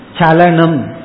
chalanam